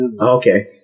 Okay